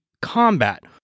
Combat